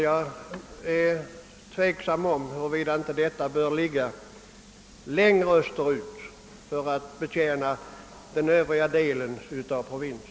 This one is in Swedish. Jag är tveksam om huruvida det inte bör ligga längre österut för att betjäna den övriga delen av provinsen.